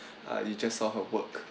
uh you just saw her work